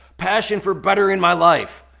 passion for bettering my life.